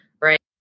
right